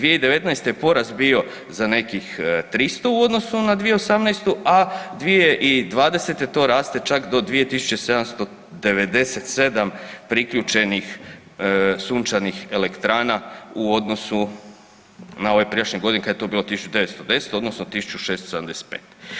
2019. je porast bio za nekih 300 u odnosu na 2018., a 2020. to raste čak do 2 797 priključenih sunčanih elektrana u odnosu na ove prijašnje godine kad je to bilo 1910 odnosno 1675.